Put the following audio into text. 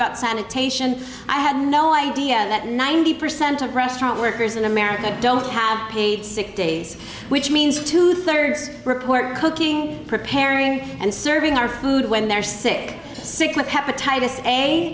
about sanitation i had no idea that ninety percent of restaurant workers in america don't have paid sick days which means two thirds report cooking preparing and serving our food when they're sick sick with hepatitis a